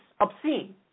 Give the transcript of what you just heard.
obscene